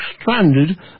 stranded